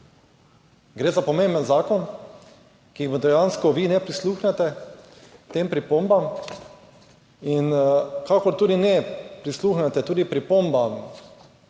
Gre za pomemben zakon, kjer dejansko vi ne prisluhnete tem pripombam, kakor tudi ne prisluhnete pripombam